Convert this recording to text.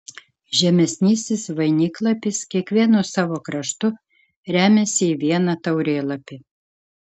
žemesnysis vainiklapis kiekvienu savo kraštu remiasi į vieną taurėlapį